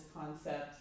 concept